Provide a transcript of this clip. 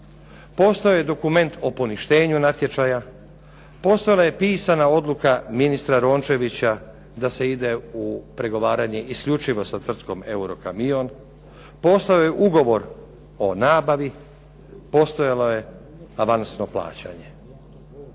postojao je dokument o poništenju natječaja, postojala je pisana odluka ministra Rončevića da se ide u pregovaranje isključivo sa tvrtkom "Eurokamion", postojao je ugovor o nabavi, postojalo je avansno plaćanje.